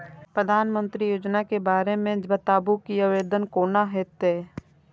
प्रधानमंत्री योजना के बारे मे बताबु की आवेदन कोना हेतै?